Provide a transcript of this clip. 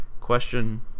question